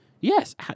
Yes